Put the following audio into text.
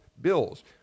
bills